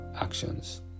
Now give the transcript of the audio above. actions